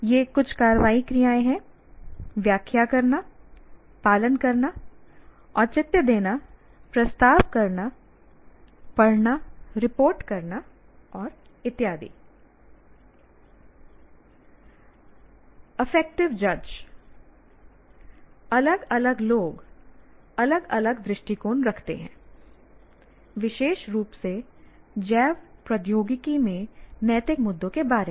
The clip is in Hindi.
ये कुछ कार्रवाई क्रियाएं हैं व्याख्या करना पालन करना औचित्य देना प्रस्ताव करना पढ़ना रिपोर्ट करना इत्यादिI अफेक्टिव जज अलग अलग लोग अलग अलग दृष्टिकोण रखते हैं विशेष रूप से जैव प्रौद्योगिकी में नैतिक मुद्दों के बारे में